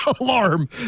alarm